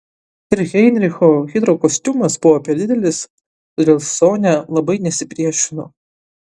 ir heinricho hidrokostiumas buvo per didelis todėl sonia labai nesipriešino